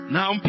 Now